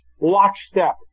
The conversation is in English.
lockstep